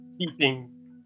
keeping